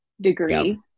degree